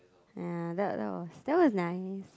ya that that was that was nice